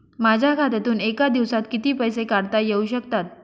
माझ्या खात्यातून एका दिवसात किती पैसे काढता येऊ शकतात?